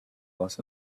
less